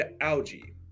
algae